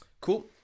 Cool